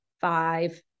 five